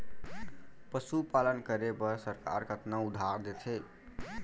पशुपालन करे बर सरकार कतना उधार देथे?